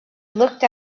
looked